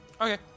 Okay